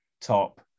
top